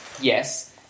Yes